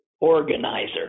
organizer